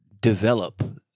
develop